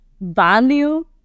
value